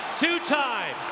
two-time